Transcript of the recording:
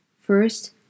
First